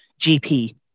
GP